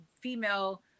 female